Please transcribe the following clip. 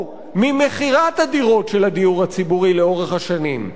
ממכירת הדירות של הדיור הציבורי לאורך השנים.